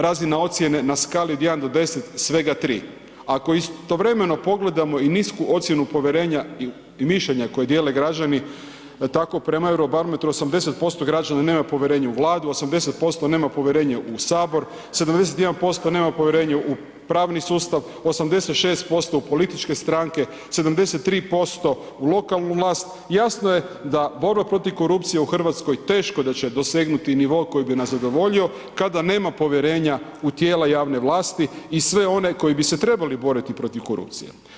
Razina ocjene na skali od 1 do 10 svega 3. Ako istovremeno pogledamo i nisku ocjenu povjerenja mišljenja koje dijele građani tako prema Eurobarometru 80% građana nema povjerenja u vladu, 80% nema povjerenje u sabor, 71% nema povjerenje u pravni sustav, 86% u političke stranke, 73% u lokalnu vlast i jasno je da borba protiv korupcije u Hrvatskoj teško da će dosegnuti nivo koji bi nas zadovoljio kada nema povjerenja u tijela javne vlasti i sve one koji bi se trebali boriti protiv korupcije.